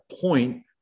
point